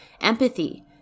empathy